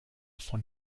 von